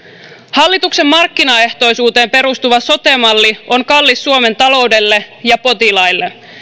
hallituksen markkinaehtoisuuteen perustuva sote malli on kallis suomen taloudelle ja potilaille